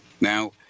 Now